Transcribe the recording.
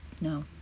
No